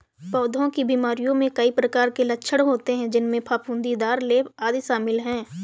पौधों की बीमारियों में कई प्रकार के लक्षण होते हैं, जिनमें फफूंदीदार लेप, आदि शामिल हैं